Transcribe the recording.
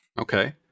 Okay